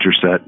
set